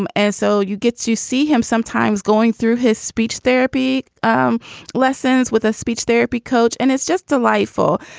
um and so you get to see him sometimes going through his speech therapy um lessons with a speech therapy coach and it's just delightful.